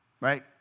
right